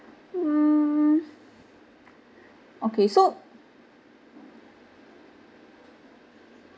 mm okay so